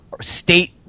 state